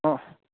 ꯑꯣ